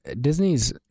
Disney's